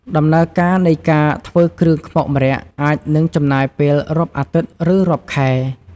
ដំណើរការនៃការធ្វើគ្រឿងខ្មុកម្រ័ក្សណ៍អាចនឹងចំណាយពេលរាប់អាទិត្យ ឬ រាប់ខែ។